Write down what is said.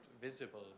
visible